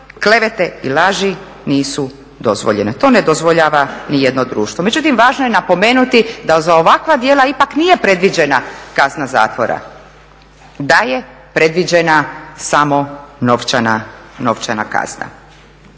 klevete i laži nisu dozvoljene. To ne dozvoljava ni jedno društvo. Međutim, važno je napomenuti da za ovakva djela ipak nije predviđena kazna zatvora, da je predviđena samo novčana kazna.